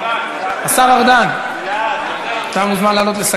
אינו נוכח, חבר הכנסת נחמן שי, אינו נוכח,